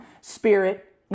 spirit